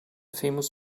famous